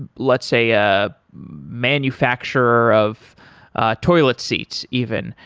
but let's say, a manufacture of toilet seats even.